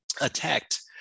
attacked